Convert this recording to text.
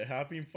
Happy